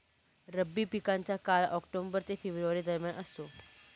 रब्बी पिकांचा काळ ऑक्टोबर ते फेब्रुवारी दरम्यान असतो